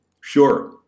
Sure